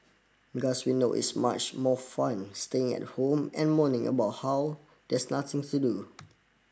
we know it's much more fun staying at home and moaning about how there is nothing to do